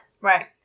Right